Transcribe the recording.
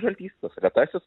žaltys tas retasis